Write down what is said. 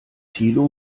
thilo